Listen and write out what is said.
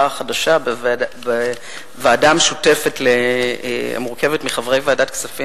חדשה בוועדה המשותפת המורכבת מחברי ועדת הכספים